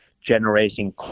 generating